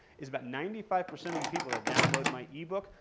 is about ninety five percent of the people that download my ebook,